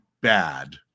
bad